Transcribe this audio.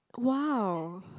!wow!